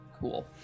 cool